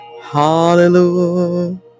Hallelujah